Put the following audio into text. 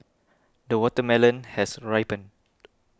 the watermelon has ripened